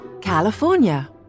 California